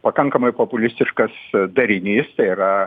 pakankamai populistiškas darinys tai yra